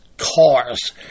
cars